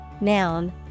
noun